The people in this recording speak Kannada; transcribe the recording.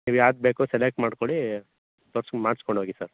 ನೀವು ಯಾವ್ದು ಬೇಕೊ ಸೆಲೆಕ್ಟ್ ಮಾಡ್ಕೊಳ್ಳಿ ತೋರ್ಸ್ಕೊ ಮಾಡ್ಸ್ಕೊಂಡು ಹೋಗಿ ಸರ್